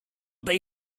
tej